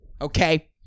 Okay